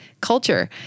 culture